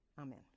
Amen